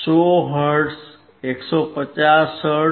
100 hertz 150 hertz